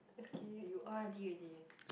okay you are